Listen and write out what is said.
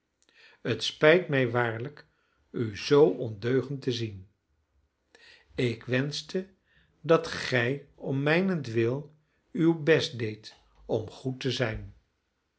het spijt mij waarlijk u zoo ondeugend te zien ik wenschte dat gij om mijnentwil uw best deedt om goed te zijn